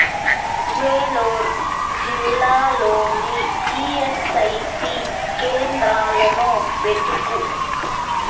వేలోర్ జిల్లాలోని ఈఎస్ఐసి కేంద్రాలను వెతుకుము